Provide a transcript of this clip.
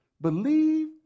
believe